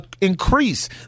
increase